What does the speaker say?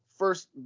First